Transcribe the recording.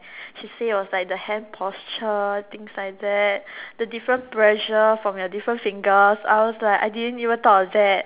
she say it was like the hand posture things like that the different pressure from your different fingers I was like I didn't even thought of that